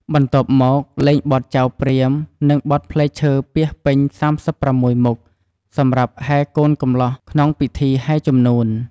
បន្ទាប់មក លេងបទចៅព្រាហ្មណ៍ និងបទផ្លែឈើពាសពេញ៣៦មុខ សម្រាប់ហែរកូនកំលោះក្នុងពិធីហែរជំនូន។